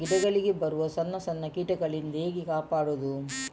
ಗಿಡಗಳಿಗೆ ಬರುವ ಸಣ್ಣ ಸಣ್ಣ ಕೀಟಗಳಿಂದ ಹೇಗೆ ಕಾಪಾಡುವುದು?